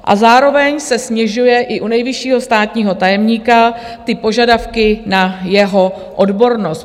A zároveň se snižují i u nejvyššího státního tajemníka požadavky na jeho odbornost.